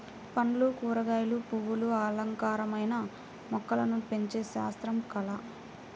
పండ్లు, కూరగాయలు, పువ్వులు అలంకారమైన మొక్కలను పెంచే శాస్త్రం, కళ